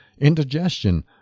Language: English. indigestion